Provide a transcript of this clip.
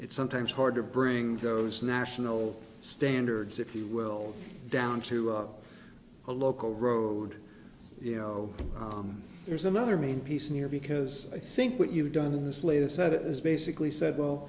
it's sometimes hard to bring those national standards if you will down to a local road you know there's another main piece near because i think what you've done in this latest set it is basically said well